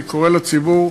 אני קורא לציבור,